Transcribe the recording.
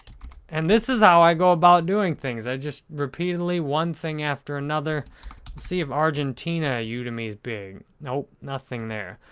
and this is how i go about doing things. i just repeatedly, one thing after another. let's see if argentina yeah udemy is big. nope, nothing there.